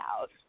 out